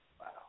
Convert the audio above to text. Wow